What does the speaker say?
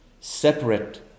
separate